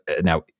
now